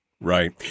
Right